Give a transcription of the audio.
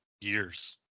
years